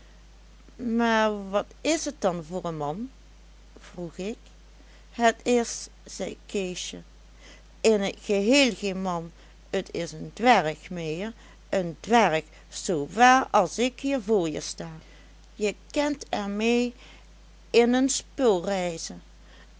maar wat is het dan voor een man vroeg ik het is zei keesje in t geheel geen man t is een dwerg meheer een dwerg zoo waar as ik hier voor je sta je kent er mee in een spul reizen